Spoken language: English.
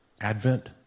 Advent